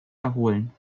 erholen